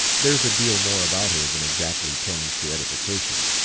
there's a deal more about her than exactly tends to edification.